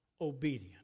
obedient